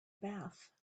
bath